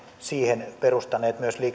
siihen perustaneet myös liiketoimintasuunnitelmiaan